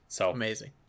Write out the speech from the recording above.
Amazing